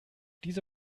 diese